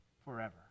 forever